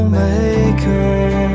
maker